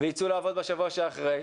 ובשבוע שאחריו,